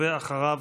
ואחריו,